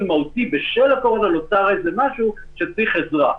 מהותי בשל הקורונה נוצר משהו וצריך עזרה.